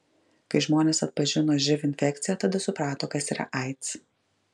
kai žmonės atpažino živ infekciją tada suprato kas yra aids